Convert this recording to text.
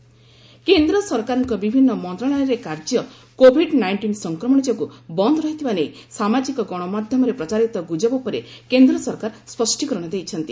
ଗଭ୍ clarification କେନ୍ଦ୍ର ସରକାରଙ୍କ ବିଭିନ୍ନ ମନ୍ତ୍ରଣାଳୟରେ କାର୍ଯ୍ୟ କୋଭିଡ ନାଇଷ୍ଟିନ୍ ସଂକ୍ରମଣ ଯୋଗୁଁ ବନ୍ଦ ରହିଥିବା ନେଇ ସାମାଜିକ ଗଣମାଧ୍ୟମରେ ପ୍ରଚାରିତ ଗୁଜବ ଉପରେ କେନ୍ଦ୍ର ସରକାର ସ୍ୱଷ୍ଟୀକରଣ ଦେଇଛନ୍ତି